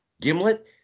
Gimlet